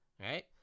right